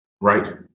right